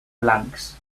blancs